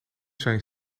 zijn